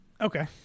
Okay